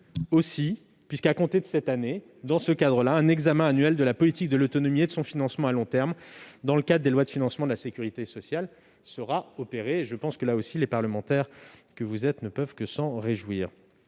démocratie, puisqu'à compter de cette année, un examen annuel de la politique de l'autonomie et de son financement à long terme sera opéré dans le cadre des lois de financement de la sécurité sociale. Je pense que, là aussi, les parlementaires que vous êtes ne peuvent que s'en réjouir.